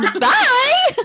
Bye